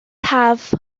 haf